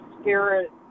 spirit